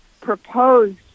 proposed